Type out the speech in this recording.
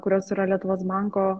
kurios yra lietuvos banko